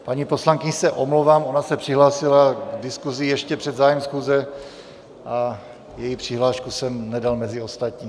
Paní poslankyni se omlouvám, ona se přihlásila k diskusi ještě před zahájením schůze a její přihlášku jsem nedal mezi ostatní.